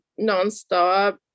nonstop